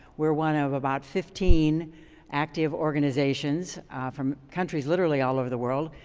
we're one of about fifteen active organizations from countries literally all over the world,